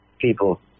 people